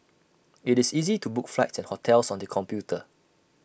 IT is easy to book flights and hotels on the computer